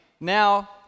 now